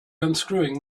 unscrewing